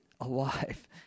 alive